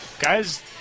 guys –